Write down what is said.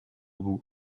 boue